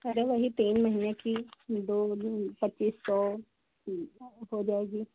अरे वही तीन महीने की दो जून पच्चीस सौ हो जाएगी